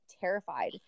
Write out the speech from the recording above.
terrified